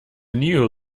new